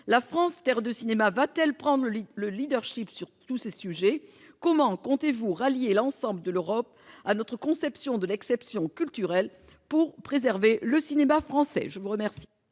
La France, terre de cinéma, va-t-elle prendre le sur tous ces sujets ? Comment comptez-vous rallier l'ensemble de l'Europe à notre conception de l'exception culturelle, pour préserver le cinéma français ? La parole